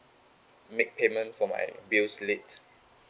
make payment for my bills late